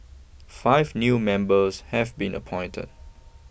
five new members have been appointed